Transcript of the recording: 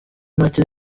make